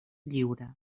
lliure